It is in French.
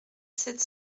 sept